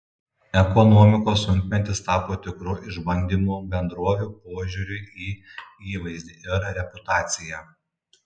ekonomikos sunkmetis tapo tikru išbandymu bendrovių požiūriui į įvaizdį ir reputaciją